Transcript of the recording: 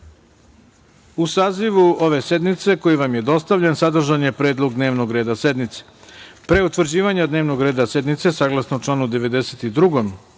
sazivu ove sednice koji vam je dostavljen sadržan je predlog dnevnog reda sednice. Pre utvrđivanja dnevnog reda sednice, saglasno članu 92.